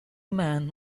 man